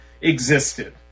existed